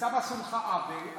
עשו לך עוול,